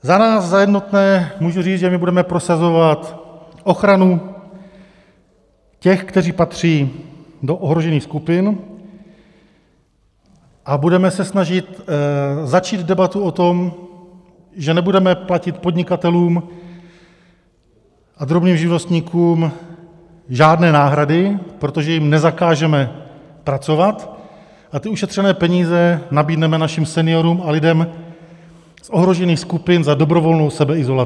Za nás, za Jednotné, můžu říct, že my budeme prosazovat ochranu těch, kteří patří do ohrožených skupin, a budeme se snažit začít debatu o tom, že nebudeme platit podnikatelům a drobným živnostníkům žádné náhrady, protože jim nezakážeme pracovat, a ty ušetřené peníze nabídneme našim seniorům a lidem z ohrožených skupin za dobrovolnou sebeizolaci.